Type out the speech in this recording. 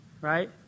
right